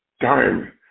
time